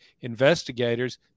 investigators